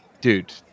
dude